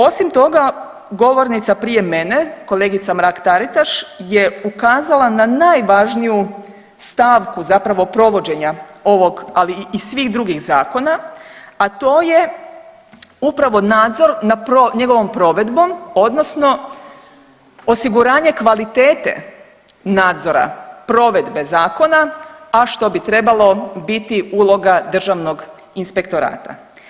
Osim toga, govornica prije mene, kolegica Mrak-Taritaš je ukazala na najvažniju stavku zapravo provođenja ovog, ali i svih drugih zakona, a to je upravo nadzor nad njegovom provedbom, odnosno osiguranje kvalitete nadzora provedbe zakona, a što bi trebalo biti uloga Državnog inspektorata.